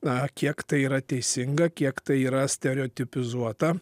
na kiek tai yra teisinga kiek tai yra stereotipizuota